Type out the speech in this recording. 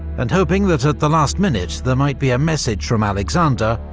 and hoping that at the last minute, there might be a message from alexander,